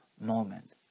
moment